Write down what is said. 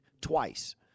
twice